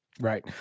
Right